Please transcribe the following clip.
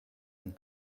and